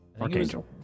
Archangel